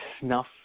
snuff